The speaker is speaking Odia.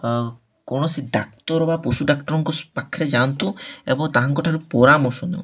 କୌଣସି ଡାକ୍ତର ବା ପଶୁ ଡାକ୍ତରଙ୍କ ପାଖରେ ଯାଆନ୍ତୁ ଏବଂ ତାଙ୍କ ଠାରୁ ପରାମର୍ଶ ନିଅନ୍ତୁ